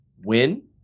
win